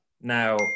Now